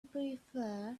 prefer